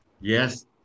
Yes